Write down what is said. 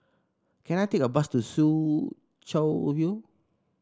can I take a bus to Soo Chow View